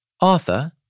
Arthur